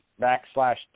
backslash